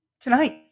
tonight